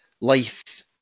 life